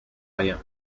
rien